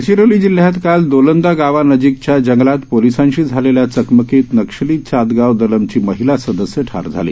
गडचिरोली जिल्ह्यात काल दोलंदा गावानजीकच्या जंगलात पोलिसांशी झालेल्या चकमकीत नक्षली चातगाव दलमची महिला सदस्य ठार झाली